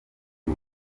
ubu